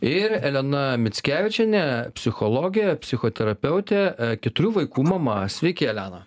ir elena mickevičienė psichologė psichoterapeutė keturių vaikų mama sveiki elena